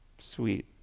sweet